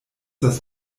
das